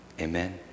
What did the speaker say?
amen